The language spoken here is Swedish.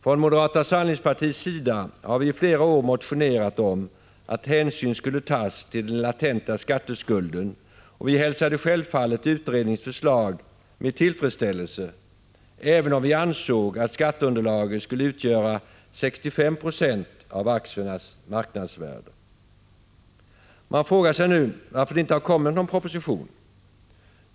Från moderata samlingspartiets sida har vi i flera år motionerat om att hänsyn skulle tas till den latenta skatteskulden, och vi hälsade självfallet utredningens förslag med tillfredsställelse, även om vi ansåg att skatteunderlaget skulle utgöra 65 96 av aktiernas marknadsvärde. Man frågar sig nu varför det inte har kommit någon proposition.